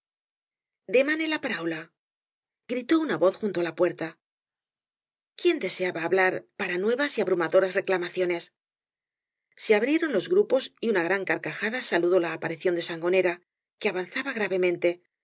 páranla gritó una voz junto á la puerta quién deseaba hablar para nuevas y abrumadoras reclamaciones se abrieron los grupos y una gran carcajada saludó la aparición de sango ñera que avanzaba gravemente